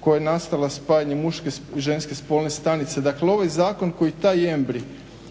koja je nastala spajanjem muške i ženske spolne stanice. Dakle, ovaj zakon koji taj embrij